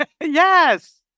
Yes